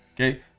Okay